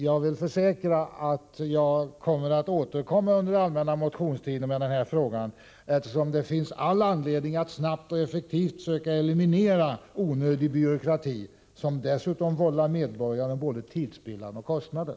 Jag försäkrar att jag skall återkomma under den allmänna motionstiden med denna fråga, eftersom det finns all anledning att snabbt och effektivt söka eliminera onödig byråkrati som dessutom vållar medborgarna både tidsspillan och kostnader.